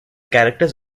characters